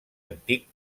antic